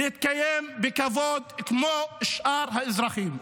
להתקיים בכבוד כמו שאר האזרחים.